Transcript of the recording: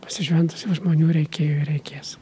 pasišventusių žmonių reikėjo ir reikės